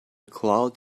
cloud